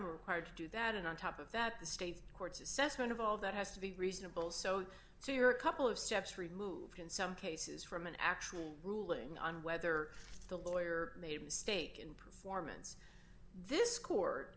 and required to do that and on top of that the state courts assessment of all of that has to be reasonable so so you're a couple of steps removed in some cases from an actual ruling on whether the lawyer made a mistake in performance this co